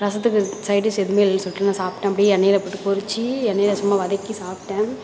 ரசத்துக்கு சைடிஷ் எதுவுமே இல்லைன்னு சொல்லிட்டு நான் சாப்பிட்டேன் அப்படியே எண்ணெயில் போட்டு பொறிச்சு எண்ணெயில் சும்மா வதக்கி சாப்பிட்டேன்